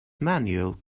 manuel